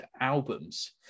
albums